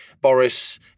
Boris